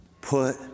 Put